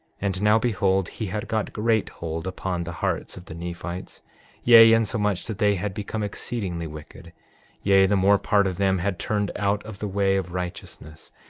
and now behold, he had got great hold upon the hearts of the nephites yea, insomuch that they had become exceedingly wicked yea, the more part of them had turned out of the way of righteousness,